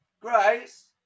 Grace